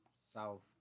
South